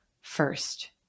first